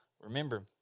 remember